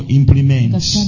implements